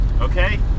okay